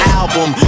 album